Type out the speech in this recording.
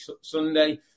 Sunday